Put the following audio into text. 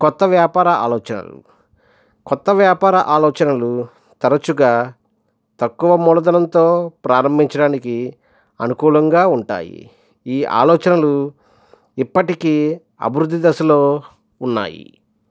కొత్త వ్యాపార ఆలోచనలు కొత్త వ్యాపార ఆలోచనలు తరచుగా తక్కువ మూలధనంతో ప్రారంభించడానికి అనుకూలంగా ఉంటాయి ఈ ఆలోచనలు ఇప్పటికి అభివృద్ధి దశలో ఉన్నాయి